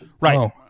Right